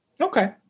Okay